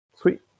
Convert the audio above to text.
Sweet